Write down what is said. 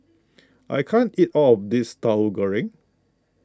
I can't eat all of this Tauhu Goreng